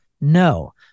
No